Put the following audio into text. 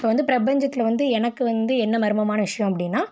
இப்போது வந்து பிரபஞ்சத்தில் வந்து எனக்கு வந்து என்ன மர்மமான விஷயம் அப்படின்னா